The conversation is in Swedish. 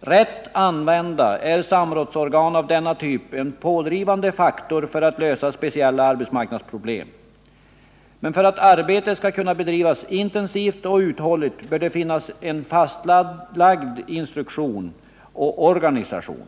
Rätt använda är samrådsorgan av denna typ en pådrivande faktor när det gäller att lösa speciella arbetsmarknadsproblem. Men för att arbetet skall kunna bedrivas intensivt och uthålligt bör det finnas fastlagd instruktion och organisation.